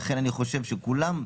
ולכן אני חושב שכולם,